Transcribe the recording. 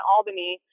Albany